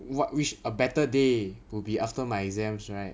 what which a better day will be after my exams right